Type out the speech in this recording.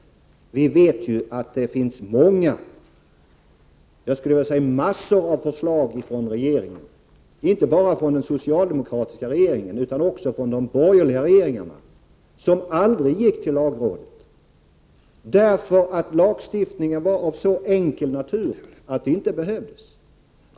Vi vet ju att det har kommit massor av förslag från regeringen — inte bara från den socialdemokratiska regeringen utan också från de borgerliga regeringarna — som aldrig gått till lagrådet, därför att lagstiftningen varit av så enkel natur att det inte behövts.